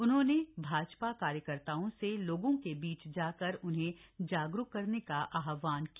उन्होंने भाजपा कार्यकर्ताओं से लोगों के बीच जाकर उन्हें जागरूक करने का आहवान किया